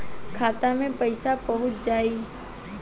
खाता मे पईसा पहुंच जाई